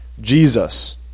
Jesus